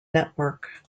network